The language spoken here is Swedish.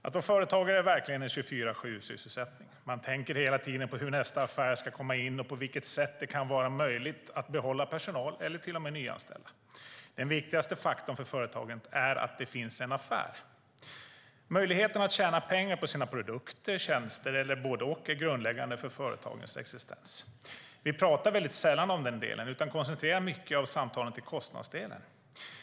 Att vara företagare är verkligen en 24:7-sysselsättning. Man tänker hela tiden på hur nästa affär ska komma in och på vilket sätt det kan vara möjligt att behålla personal eller till och med nyanställa. Den viktigaste faktorn för företaget är att det finns en affär. Möjligheten att tjäna pengar på sina produkter, tjänster eller både och är grundläggande för företagens existens. Vi pratar sällan om den delen utan koncentrerar mycket av samtalen till kostnadsdelen.